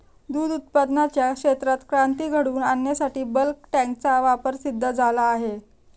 दूध उत्पादनाच्या क्षेत्रात क्रांती घडवून आणण्यासाठी बल्क टँकचा वापर सिद्ध झाला आहे